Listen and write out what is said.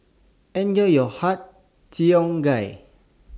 Enjoy your Har Cheong Gai